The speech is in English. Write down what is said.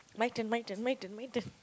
my turn my turn my turn my turn